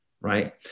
Right